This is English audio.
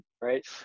right